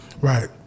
Right